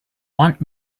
want